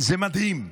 זה מדהים.